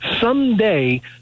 someday